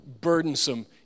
burdensome